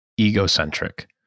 egocentric